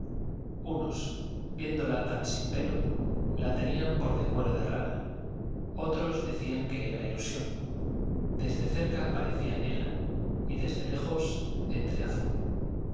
unos viéndola tan sin pelo la tenían por de cuero de rana otros decían que era ilusión desde cerca parecía negra y desde lejos entre azul